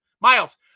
Miles